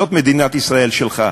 זאת מדינת ישראל שלך.